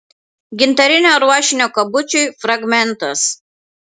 gintarinio ruošinio kabučiui fragmentas